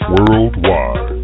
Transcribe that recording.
Worldwide